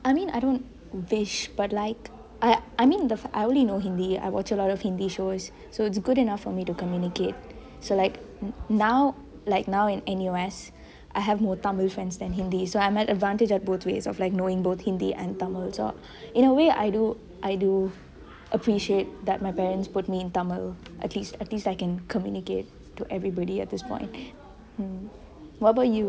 I mean I don't wish but like I I mean the I only know hindi I watch a lot of hindi shows so it's good enough for me to communicate so like now like now in N_U_S I have more tamil than friends than hindi so I'm at advantage at both ways of like knowing both hindi and tamil so in a way I do I do appreciate that my parents put me in tamil at least at least I can communicate to everybody at this point hm what about you